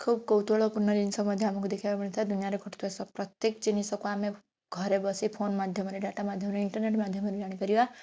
ଖୁବ କୌତୁହଳପୂର୍ଣ୍ଣ ଜିନିଷ ମଧ୍ୟ ଆମକୁ ଦେଖିବାକୁ ମିଳିଥାଏ ଦୁନିଆରେ ଘଟୁଥିବା ପ୍ରତ୍ୟେକ ଜିନିଷକୁ ଆମେ ଘରେ ବସି ଫୋନ ମାଧ୍ୟମରେ ଡାଟା ମାଧ୍ୟମରେ ଇଣ୍ଟରନେଟ୍ ମାଧ୍ୟମରେ ଜାଣିପାରିବା